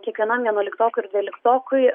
kiekvienam vienuoliktokui ir dvyliktokui